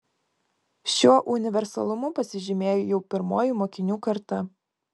šiuo universalumu pasižymėjo jau pirmoji mokinių karta